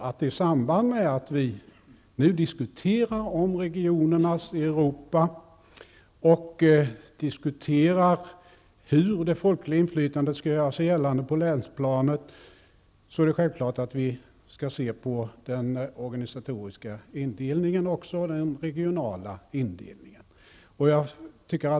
I samband med att vi nu diskuterar regionernas Europa och hur det folkliga inflytandet skall göra sig gällande på länsplanet, är det självklart att vi också skall se på den organisatoriska och den regionala indelningen.